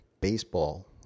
baseball